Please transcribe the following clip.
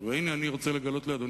ואני עכשיו לא יודע.